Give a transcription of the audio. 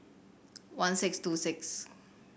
one six two six